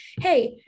hey